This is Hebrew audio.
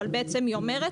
אבל בעצם היא אומרת,